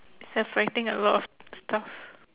a lot of it's tough